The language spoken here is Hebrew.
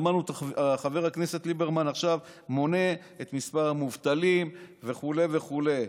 שמענו את חבר הכנסת ליברמן עכשיו מונה את מספר המובטלים וכו' וכו',